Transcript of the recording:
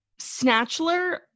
snatchler